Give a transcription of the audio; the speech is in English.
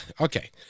okay